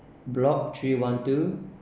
block three one two